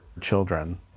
children